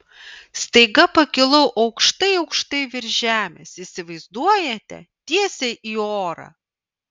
staiga pakilau aukštai aukštai virš žemės įsivaizduojate tiesiai į orą